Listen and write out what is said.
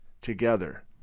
together